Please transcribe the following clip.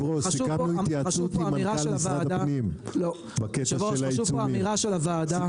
בקשר של העיצומים.